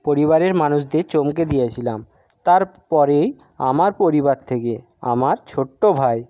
পরিবারের মানুষদের চমকে দিয়েছিলাম তারপরেই আমার পরিবার থেকে আমার ছোট্ট ভাই